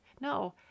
No